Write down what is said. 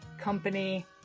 company